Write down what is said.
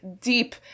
deep